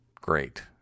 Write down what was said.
great